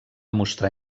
mostrar